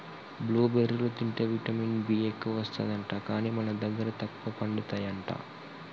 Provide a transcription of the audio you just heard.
blue బెర్రీలు తింటే vitamin B ఎక్కువస్తది అంట, కానీ మన దగ్గర తక్కువ పండుతాయి అంట